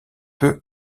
peu